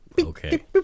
Okay